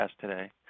today